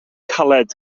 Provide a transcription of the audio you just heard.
caled